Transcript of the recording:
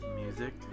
music